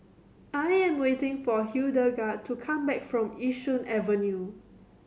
I am waiting for Hildegard to come back from Yishun Avenue